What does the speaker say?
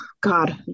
God